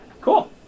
cool